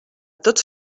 tots